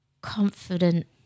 confident